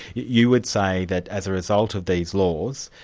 you would say that as a result of these laws,